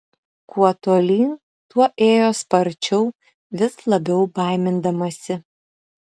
kuo tolyn tuo ėjo sparčiau vis labiau baimindamasi